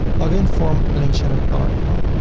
login form link shadow color. well,